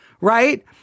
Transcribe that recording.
right